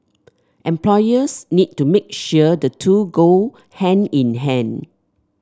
employers need to make sure the two go hand in hand